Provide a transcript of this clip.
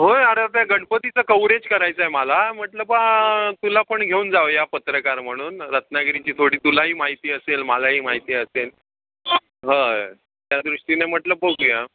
होय अरे त्या गणपतीचं कवरेज करायचं आहे मला म्हटलं बा तुला पण घेऊन जाऊया पत्रकार म्हणून रत्नागिरीची थोडी तुलाही माहिती असेल मलाही माहिती असेल हां त्या दृष्टीने म्हटलं बघूया